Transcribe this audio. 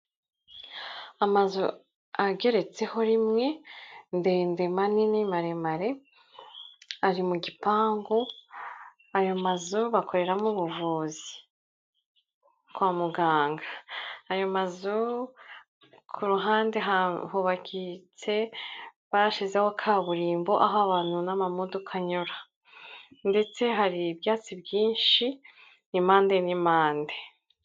Amazu ageretseho rimwe ndende manini maremare, ari mu gipangu, ayo mazu bakoreramo ubuvuzi kwa muganga. Ayo mazu ku ruhande hubagitse bashyizeho kaburimbo aho abantu n'amamodoka anyura ndetse hari ibyatsi byinshi impande n'impande.